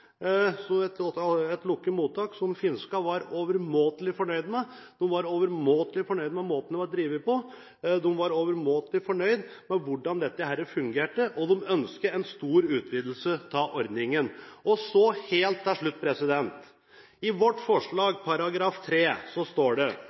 så på et lukket mottak som finnene var overmåte fornøyd med. De var overmåte fornøyd med måten det ble drevet på, hvordan det fungerte, og de ønsket en stor utvidelse av ordningen. Helt til slutt: I vårt